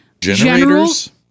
Generators